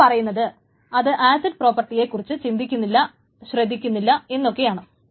അത് പറയുന്നത് അത് അസിഡ് പ്രോപ്പർട്ടികളെ കുറിച്ച് ശ്രദ്ധിക്കുന്നില്ല എന്നാണ്